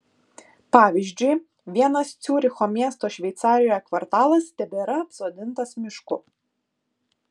pavyzdžiui vienas ciuricho miesto šveicarijoje kvartalas tebėra apsodintas mišku